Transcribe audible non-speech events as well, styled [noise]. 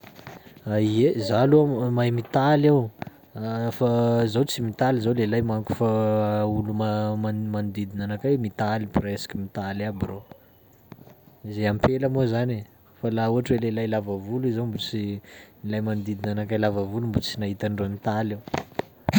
[hesitation] Ye zah aloha [hesitation] mahay mitaly aho, [hesitation] fa zaho tsy mitaly zaho lelahy manko fa olo ma- man- manodidina anakay mitaly, presque mitaly aby reo. Zay ampela moa zany e, fa laha ohatry hoe lelahy lava volo i zao mbo tsy- lay manodidina anakay lava volo mbo tsy nahita andreo nitaly aho.